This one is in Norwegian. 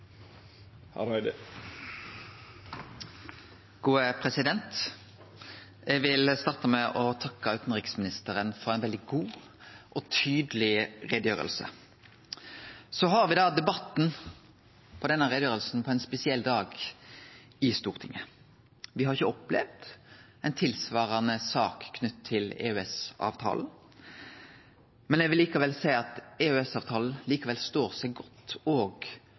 Eg vil starte med å takke utanriksministeren for ei veldig god og tydeleg utgreiing. Så har me debatten om denne utgreiinga på ein spesiell dag i Stortinget; me har ikkje opplevd ei tilsvarande sak knytt til EØS-avtalen. Eg vil likevel seie at EØS-avtalen står seg godt